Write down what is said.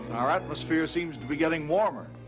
our atmosphere seems to be getting warmer.